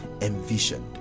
envisioned